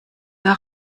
der